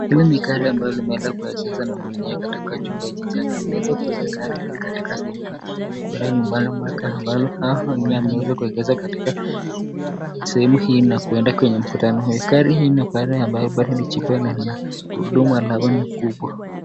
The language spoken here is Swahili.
Hili ni gari ambalo limeeza kuegezwa na mwenyewe katika chumba hichi chake, ameeza kueka gari hili katika sehemu hii na kwenda nyumbani, ameeka ambalo au mwenyewe ameeza kuekeza katika, sehemu na kwenda kwenye mkutano ule, gari ina korea ambayo bado ni chibu na gurudumu lahe ni kubwa.